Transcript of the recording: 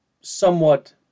somewhat